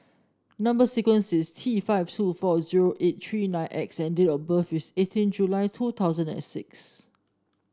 number sequence is T five two four zero eight three nine X and date of birth is eighteen July two thousand and six